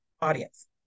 audience